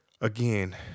again